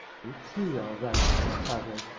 it's he all right, said prasville,